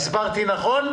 הסברתי נכון?